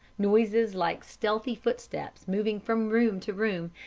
noises like stealthy footsteps moving from room to room,